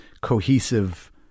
cohesive